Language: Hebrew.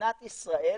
מדינת ישראל